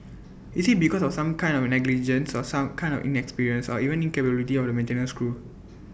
is IT because of some kind of negligence or some kind of inexperience or even incapability of the maintenance crew